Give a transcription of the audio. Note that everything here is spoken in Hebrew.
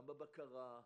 גם בבקרה,